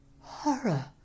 Horror